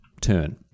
turn